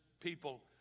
people